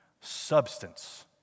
substance